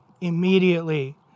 immediately